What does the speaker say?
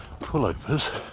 pullovers